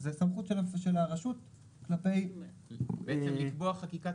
זו הסמכות של הרשות כלפיי --- זה לקבוע חקיקת